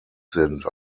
sind